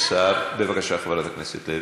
בבקשה, חברת הכנסת לוי.